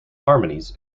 harmonies